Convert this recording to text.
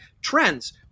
trends